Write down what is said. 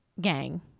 gang